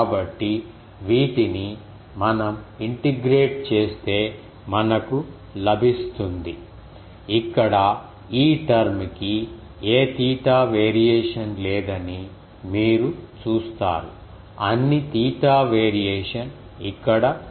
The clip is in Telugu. కాబట్టి వీటిని మనం ఇంటిగ్రేట్ చేస్తే మనకు లభిస్తుంది ఇక్కడ ఈ టర్మ్ కి ఏ తీటా వేరియేషన్ లేదని మీరు చూస్తారు అన్ని తీటా వేరియేషన్ ఇక్కడ ఉంది